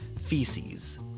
feces